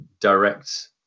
direct